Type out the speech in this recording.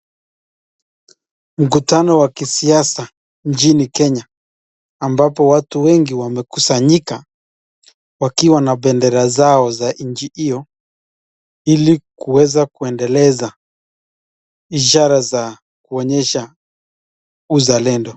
Mkutano wa kisiasa nchini Kenya ambapo watu wengi wamekusanyika wakiwa na bendera zao za nchi hio ili kuweza kuendeleza ishara za kuonyesha uzalendo.